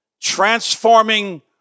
transforming